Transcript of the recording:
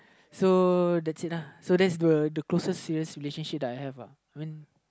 so that's it lah so that's the closest serious relationship that I have lah